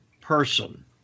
person